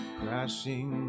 crashing